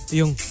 yung